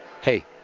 Hey